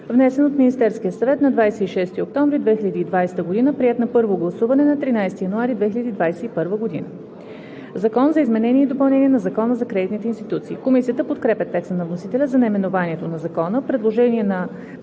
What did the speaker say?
внесен от Министерския съвет на 26 октомври 2020 г., приет на първо гласуване на 13 януари 2021 г. „Закон за изменение и допълнение на Закона за кредитните институции“.“ Комисията подкрепя текста на вносителя за наименованието на Закона. Предложение от